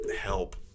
help